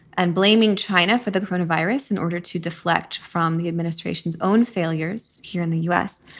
and blaming china for the coronavirus in order to deflect from the administration's own failures here in the u s,